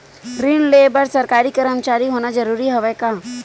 ऋण ले बर सरकारी कर्मचारी होना जरूरी हवय का?